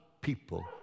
people